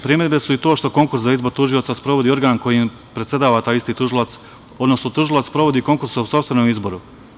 Primedbe su i to što konkurs za izbor tužioca sprovodi organ kojim predsedava taj isti tužilac, odnosno tužilac sprovodi konkurs po sopstvenom izboru.